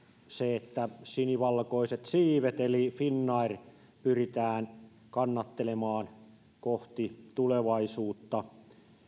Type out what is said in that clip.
se että sinivalkoiset siivet eli finnair pyritään kannattelemaan kohti tulevaisuutta